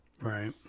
Right